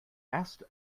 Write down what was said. asked